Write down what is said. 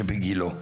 שבגילו.